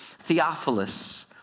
Theophilus